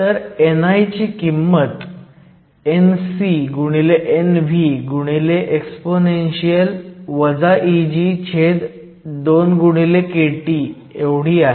तर ni ची किंमत NcNvexp Eg2kT आहे